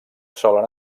solen